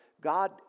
God